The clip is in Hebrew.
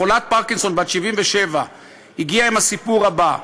חולת פרקינסון בת 77. היא הגיעה עם הסיפור הבא: